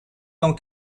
tant